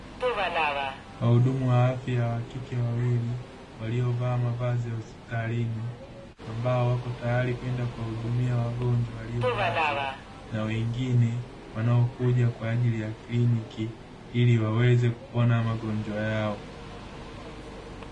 Wahudumu wa afya wakike wawili waliovaa mavazi ya hospitalini, ambao wako tayari kwenda kuwahudumia wagonjwa waliolazwa na wengine wanaokuja kwa ajili ya kliniki ili waweze kupona magonjwa yao.